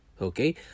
okay